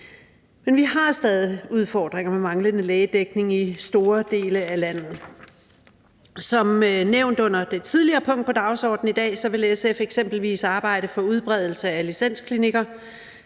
Men vi har stadig udfordringer med manglende lægedækning i store dele af landet. Som det blev nævnt under det tidligere punkt på dagsordenen i dag, vil SF eksempelvis arbejde for udbredelse af licensklinikker.